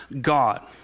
God